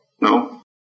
No